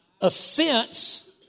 Offense